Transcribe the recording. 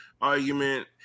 argument